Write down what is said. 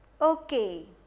Okay